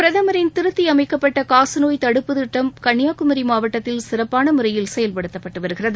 பிரதமரின் திருத்தி அமைக்கப்பட்ட காசநோய் தடுப்பு திட்டம் கன்னியாகுமரி மாவட்டத்தில் சிறப்பான முறையில் செயல்படுத்தப்பட்டு வருகிறது